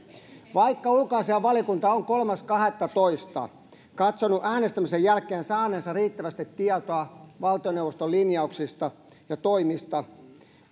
vaikka ulkoasiainvaliokunta on kolmas kahdettatoista katsonut äänestämisen jälkeen saaneensa riittävästi tietoa valtioneuvoston linjauksista ja toimista